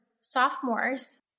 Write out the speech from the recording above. sophomores